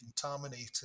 contaminated